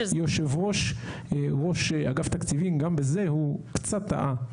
ראש אגף תקציבים גם בזה הוא קצת טעה,